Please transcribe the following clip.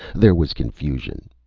there was confusion.